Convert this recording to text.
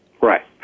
Right